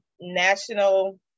National